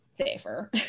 safer